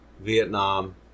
Vietnam